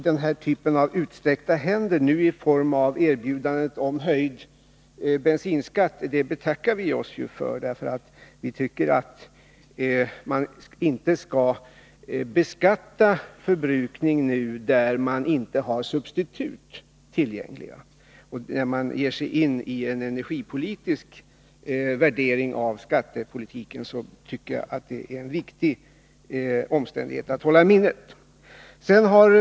Den här typen av utsträckta händer — nu i form av erbjudandet om höjd bensinskatt — betackar vi oss för. Vi tycker nämligen att man inte nu skall beskatta förbrukning när man inte har substitut tillgängliga. När man ger sig in i en energipolitisk värdering av skattepolitiken tycker jag att det är en viktig omständighet att hålla i minnet.